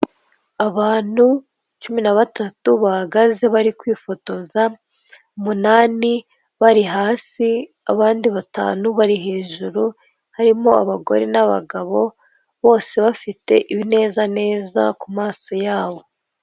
Abantu cumi na batatu, bahagaze bari kwifotoza, munani bari hasi, abandi batanu bari hejuru, harimo abagore n'abagabo, bose bafite ibinezaneza ku maso yabo.